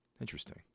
interesting